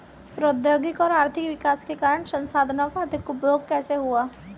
प्रौद्योगिक और आर्थिक विकास के कारण संसाधानों का अधिक उपभोग कैसे हुआ है?